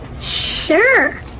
Sure